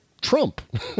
Trump